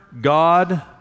God